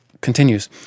continues